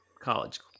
College